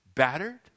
battered